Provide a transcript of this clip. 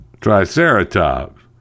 Triceratops